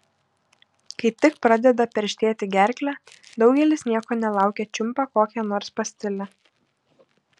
kai tik pradeda perštėti gerklę daugelis nieko nelaukę čiumpa kokią nors pastilę